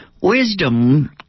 Wisdom